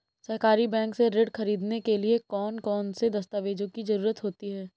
सहकारी बैंक से ऋण ख़रीदने के लिए कौन कौन से दस्तावेजों की ज़रुरत होती है?